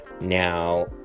now